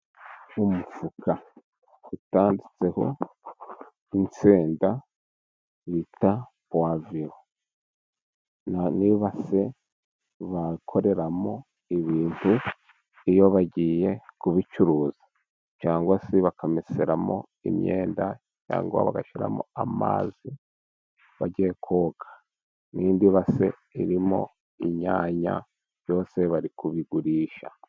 Umufuka utanditseho insenda bita puwavuro, n'ibase bakoreramo ibintu iyo bagiye kubicuruza cyangwa se bakameseramo imyenda, cyangwa bagashyiramo amazi bagiye koga, n'indi base irimo inyanya, byose bari kubigurisha.